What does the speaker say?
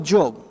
Job